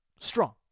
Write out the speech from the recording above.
Strong